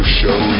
show